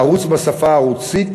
הערוץ בשפה הרוסית